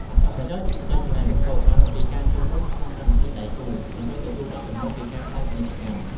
អត្ថប្រយោជន៍ផ្នែកហិរញ្ញវត្ថុបានមកពីការចូលរួមក្នុងកម្មវិធីដៃគូ ដើម្បីទទួលបានចំណូលពីការផ្សាយពាណិជ្ជកម្ម។